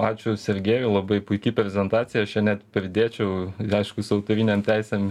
ačiū sergėjui labai puiki prezentacija aš ją net pridėčiau aišku su autorinėm teisėm